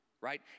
right